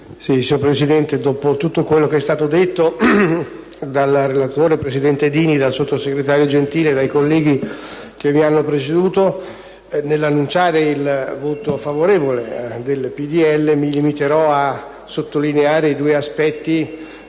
Signor Presidente, dopo tutto quanto è stato detto dal relatore, presidente Dini, dal sottosegretario Gentile e dai colleghi che mi hanno preceduto, annuncio innanzitutto il voto favorevole del PDL e mi limito a sottolineare gli aspetti